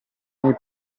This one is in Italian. nei